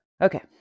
Okay